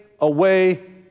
away